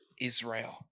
Israel